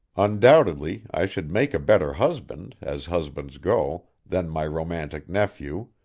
undoubtedly i should make a better husband, as husbands go, than my romantic nephew,